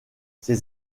ses